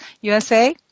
USA